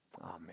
Amen